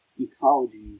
ecology